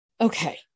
okay